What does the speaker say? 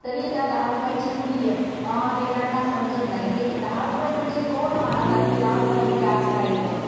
तरी त्या दहा रुपयाची मूल्य लेकरांना समजत नाही ते दहा रुपये म्हणजे गौण मानतात की दहा रुपयामध्ये आज काय येतं